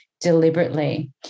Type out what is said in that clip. deliberately